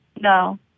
no